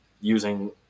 using